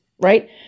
right